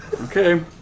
Okay